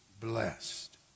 blessed